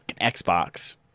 Xbox